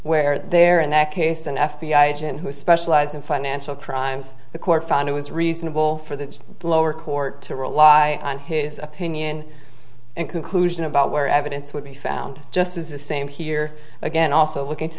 where there in that case an f b i agent who specialized in financial crimes the court found it was reasonable for the lower court to rely on his opinion and conclusion about where evidence would be found just as the same here again also lookin